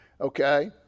Okay